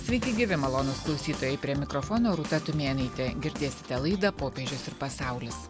sveiki gyvi malonūs klausytojai prie mikrofono rūta tumėnaitė girdėsite laidą popiežius ir pasaulis